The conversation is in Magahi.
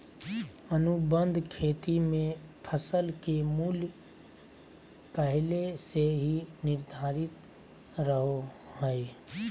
अनुबंध खेती मे फसल के मूल्य पहले से ही निर्धारित रहो हय